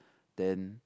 then